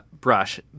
brush